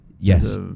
yes